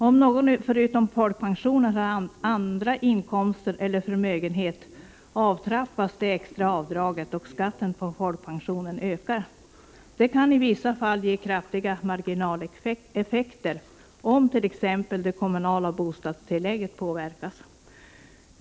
Om någon förutom folkpension har andra inkomster eller förmögenhet avtrappas det extra avdraget och skatten på folkpensionen ökar. Det kan i vissa fall ge kraftiga marginaleffekter, t.ex. om det kommunala bostadstilllägget påverkas.